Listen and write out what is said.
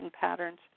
patterns